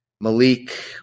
Malik